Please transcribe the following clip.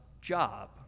job